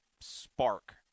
spark